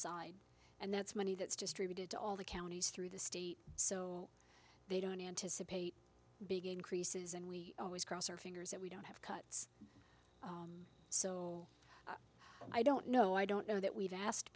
side and that's money that's distributed to all the counties through the state so they don't anticipate big increases and we always cross our fingers that we don't have cuts so i don't know i don't know that we've asked